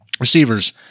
Receivers